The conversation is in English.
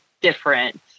different